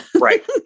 right